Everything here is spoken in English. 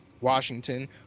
Washington